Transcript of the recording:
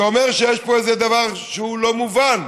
אתה אומר שיש פה איזה דבר שהוא לא מובן.